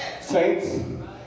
Saints